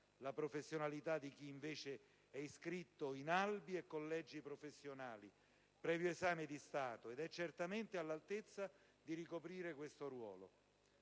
la professionalità di chi invece è iscritto in albi e collegi professionali previo esame di Stato ed è certamente all'altezza di ricoprire questo ruolo.